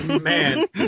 Man